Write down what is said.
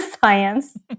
science